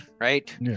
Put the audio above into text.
right